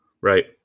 Right